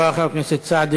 תודה רבה, חבר הכנסת סעדי.